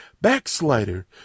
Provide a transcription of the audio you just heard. Backslider